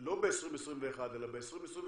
לא ב-2021 אלא ב-2022